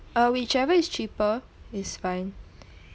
uh whichever is cheaper is fine